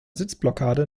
sitzblockade